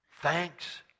Thanks